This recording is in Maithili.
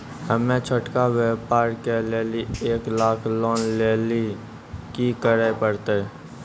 हम्मय छोटा व्यापार करे लेली एक लाख लोन लेली की करे परतै?